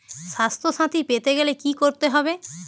স্বাস্থসাথী পেতে গেলে কি করতে হবে?